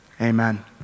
Amen